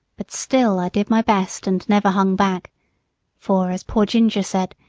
but still i did my best and never hung back for, as poor ginger said,